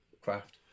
craft